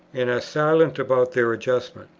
and are silent about their adjustment.